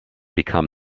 become